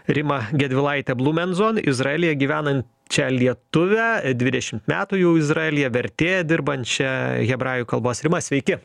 rimą gedvilaitę blumenzon izraelyje gyvenančią lietuvę dvidešimt metų jau izraelyje vertėja dirbančią hebrajų kalbos rima sveiki